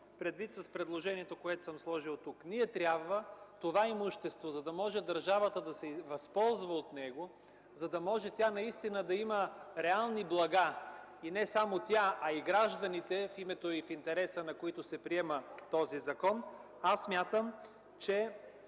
предвид с предложението, което съм направил тук? Ние трябва това имущество, за да може държавата да се възползва от него, за да може тя наистина да има реални блага и не само тя, а и гражданите в името и в интереса, на които се приема този закон, аз смятам, че